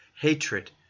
hatred